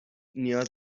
نیاز